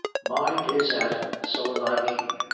mine is at salonaiky